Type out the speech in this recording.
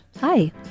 Hi